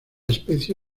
especie